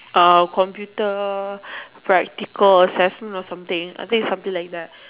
uh computer practical assessment or something I think it's something like that